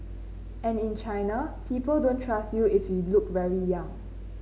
and in China people don't trust you if you look very young